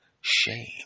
shame